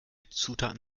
zutaten